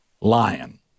lion